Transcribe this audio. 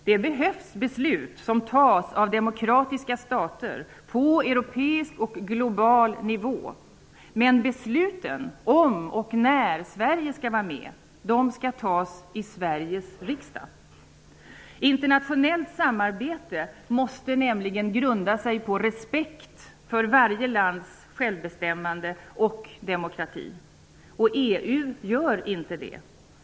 Det behövs beslut som fattas av demokratiska stater på europeisk och global nivå. Besluten om och när Sverige skall vara med skall fattas i Sveriges riksdag. Internationellt samarbet måste nämligen grunda sig på respekt för varje lands självbestämmande och demokrati. EU gör inte det.